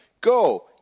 Go